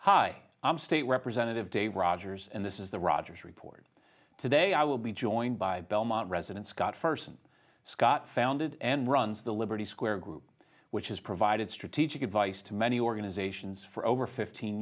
hi i'm state representative dave rogers and this is the rogers report today i will be joined by belmont resident scott fersen scott founded and runs the liberty square group which has provided strategic advice to many organizations for over fifteen